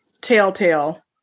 telltale